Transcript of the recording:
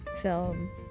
film